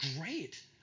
great